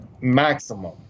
maximum